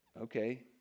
okay